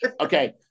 Okay